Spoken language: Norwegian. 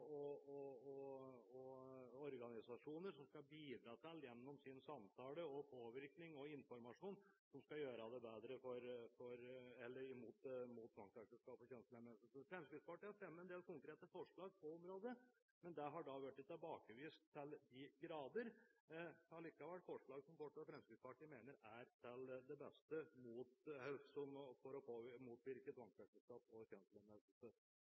påvirkning og informasjon skal bidra i arbeidet mot tvangsekteskap og kjønnslemlestelse. Fremskrittspartiet har fremmet en del konkrete forslag på området, men de har til de grader blitt tilbakevist. Dette er likevel forslag som Fremskrittspartiet fortsatt mener er til det beste for å motvirke tvangsekteskap og kjønnslemlestelse. Angående det med at integreringspolitikken i Norge er